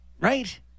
right